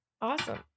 Awesome